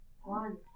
One